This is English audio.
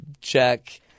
check